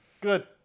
Good